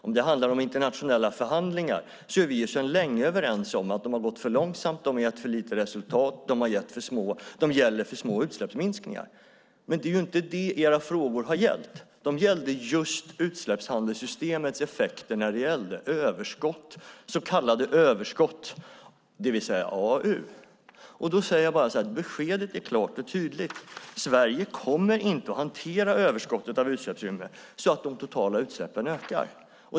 Om det handlade om internationella förhandlingar är vi sedan länge överens om att de har gått för långsamt, att de har gett för lite resultat och att de gäller alltför små utsläppsminskningar. Men det är ju inte det era frågor har gällt! De gällde just utsläppshandelssystemets effekter på så kallade överskott, det vill säga AAU. Jag säger bara så här: Beskedet är klart och tydligt. Sverige kommer inte att hantera överskottet av utsläppsrätter så att de totala utsläppen ökar.